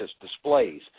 displays